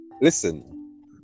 listen